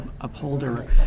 upholder